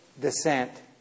descent